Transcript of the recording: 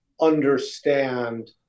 understand